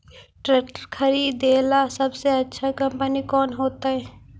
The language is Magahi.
ट्रैक्टर खरीदेला सबसे अच्छा कंपनी कौन होतई?